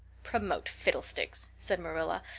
promote fiddlesticks! said marilla,